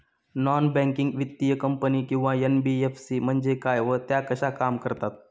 Non banking वित्तीय company किंवा NBFC म्हणजे काय व त्या कशा काम करतात?